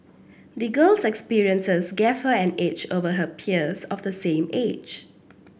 the girl's experiences gave her an edge over her peers of the same age